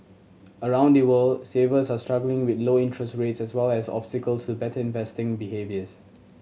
around the world savers are struggling with low interest rates as well as obstacles to better investing behaviours